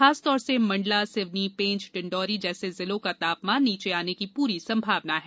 खास तौर से मंडला सिवनी पेंच डिंडौरी जैसे जिलों का तापमान नीचे आने की पूरी संभावना है